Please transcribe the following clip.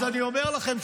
אז אני אומר לכם,